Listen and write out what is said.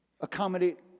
accommodate